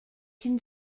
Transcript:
can